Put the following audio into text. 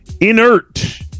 inert